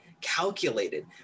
calculated